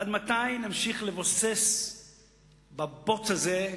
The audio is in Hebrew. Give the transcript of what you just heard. עד מתי נמשיך לבוסס בבוץ הזה,